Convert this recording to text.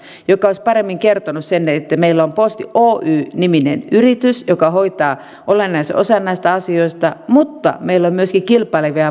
joka olisi paremmin kertonut sen että meillä on posti oy niminen yritys joka hoitaa olennaisen osan näistä asioista mutta meillä on myöskin kilpailevia